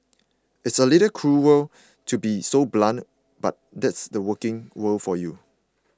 it's a little cruel to be so blunt but that's the working world for you